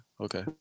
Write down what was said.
Okay